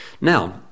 Now